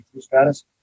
status